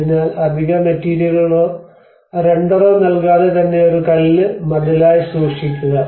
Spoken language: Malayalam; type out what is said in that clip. അതിനാൽ അധിക മെറ്റീരിയലുകളോ റെൻഡറോ നൽകാതെ തന്നെ ഒരു കല്ല് മതിലായി സൂക്ഷിക്കുക